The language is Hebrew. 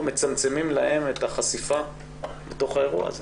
מצמצמים להם את החשיפה בתוך האירוע הזה